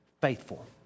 faithful